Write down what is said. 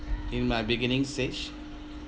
in my beginning stage